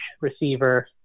receiver